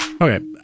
Okay